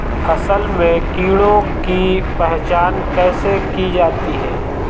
फसल में कीड़ों की पहचान कैसे की जाती है?